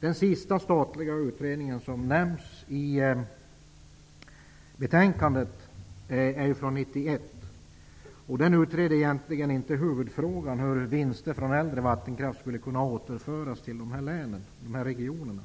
Den senaste statliga utredning som nämns i betänkandet är från 1991. Där utreds egentligen inte huvudfrågan hur vinster från äldre vattenkraft skall kunna återföras till regionerna.